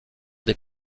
des